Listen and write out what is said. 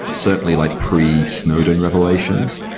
but certainly like pre-snowden revelations.